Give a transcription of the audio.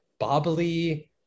bobbly